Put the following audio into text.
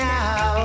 Now